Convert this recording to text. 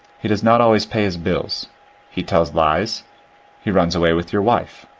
he does not always pay his bills he tells lies he runs away with your wife.